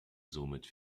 somit